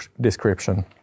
description